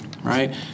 right